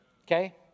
Okay